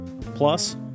Plus